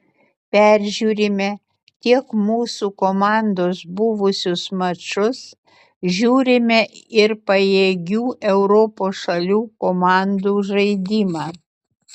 peržiūrime tiek mūsų komandos buvusius mačus žiūrime ir pajėgių europos šalių komandų žaidimą